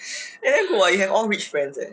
!wah! you have all rich friends eh